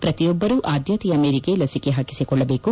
ಪ್ರತಿಯೊಬ್ಬರು ಆದ್ದತೆಯ ಮೇರೆಗೆ ಲಸಿಕೆ ಹಾಕಿಸಿಕೊಳ್ಳಬೇಕು